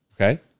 okay